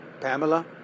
pamela